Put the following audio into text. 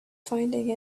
finding